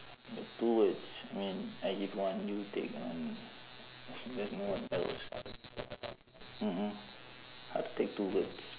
two words mean I give one you take there's no one else mm mm how to take two words